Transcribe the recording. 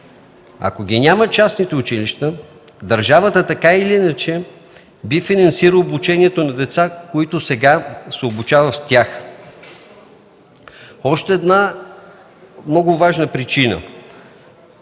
Ако ги няма частните училища, държавата така или иначе би финансирала обучението на деца, които сега се обучават в тях. Още една много важна причина